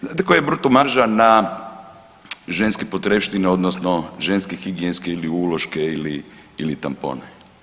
Znate koja je bruto marža na ženske potrepštine, odnosno ženske higijenske ili uloške ili tampone?